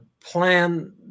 plan